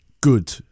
good